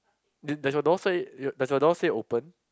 did does your door say y~ does your door say open